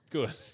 Good